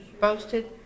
boasted